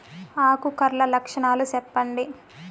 ఆకు కర్ల లక్షణాలు సెప్పండి